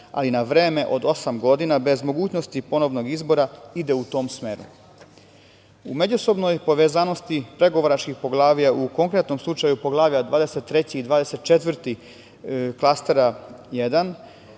ali na vreme od osam godina, bez mogućnosti ponovnog izbora, ide u tom smeru.U međusobnoj povezanosti pregovaračkih poglavlja, u konkretnom slučaju Poglavlja 23 i 24 Klastera 1,